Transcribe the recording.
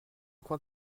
crois